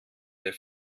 der